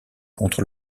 contre